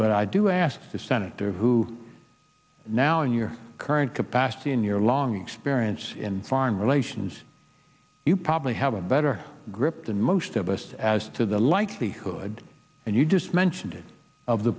but i do ask the senator who now in your current capacity in your long experience in foreign relations you probably have a better grip than most of us as to the likelihood and you just mentioned of the